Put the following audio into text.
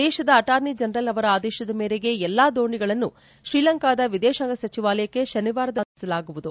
ದೇಶದ attorney general ಅವರ ಆದೇಶದ ಮೇರೆಗೆ ಎಲ್ಲಾ ದೋಣಿಗಳನ್ನು ಶ್ರೀಲಂಕಾದ ಎದೇಶಾಂಗ ಸಚಿವಾಲಯಕ್ಕೆ ಶನಿವಾರದ ವೇಳೆ ಹಸ್ತಾಂತರಿಸಲಾಗುವುದು